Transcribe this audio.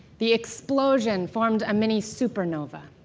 the explosion formed a mini supernova,